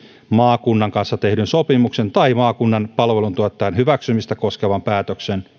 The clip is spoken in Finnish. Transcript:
maakunnan kanssa tehdyn sopimuksen tai maakunnan palveluntuottajan hyväksymistä koskevan päätöksen